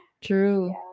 True